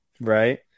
Right